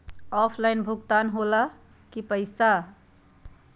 Offline भुगतान हो ला कि पईसा?